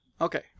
Okay